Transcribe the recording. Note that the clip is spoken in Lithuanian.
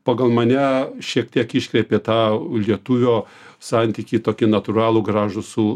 pagal mane šiek tiek iškreipė tą lietuvio santykį tokį natūralų gražų su